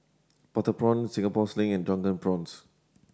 butter prawn Singapore Sling and Drunken Prawns